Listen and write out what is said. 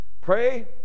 Pray